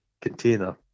container